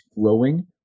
growing